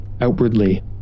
Outwardly